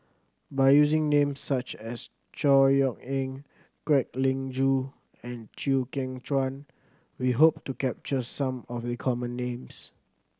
by using names such as Chor Yeok Eng Kwek Leng Joo and Chew Kheng Chuan we hope to capture some of the common names